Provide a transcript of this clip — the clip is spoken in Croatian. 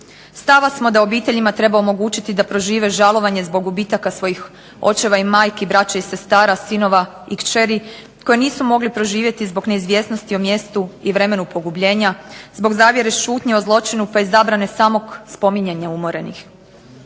Stava smo da obiteljima treba omogućiti da prožive žalovanje zbog gubitaka svojih očeva i majki, braće i sestara, sinova i kćeri, koje nisu mogli proživjeti zbog neizvjesnosti o mjestu i vremenu pogubljenja, zbog zavjere šutnje o zločinu, tj. zabrane samog spominjanja umorenih.